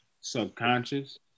subconscious